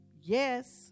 Yes